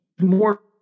more